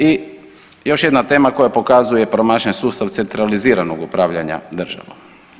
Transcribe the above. I još jedna tema koja pokazuje promašen sustav centraliziranog upravljanja državom.